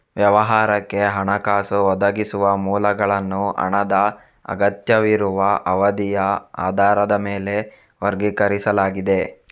ವ್ಯವಹಾರಕ್ಕೆ ಹಣಕಾಸು ಒದಗಿಸುವ ಮೂಲಗಳನ್ನು ಹಣದ ಅಗತ್ಯವಿರುವ ಅವಧಿಯ ಆಧಾರದ ಮೇಲೆ ವರ್ಗೀಕರಿಸಲಾಗಿದೆ